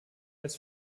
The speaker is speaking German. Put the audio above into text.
als